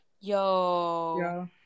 Yo